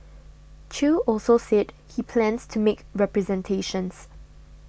Chew also said he plans to make representations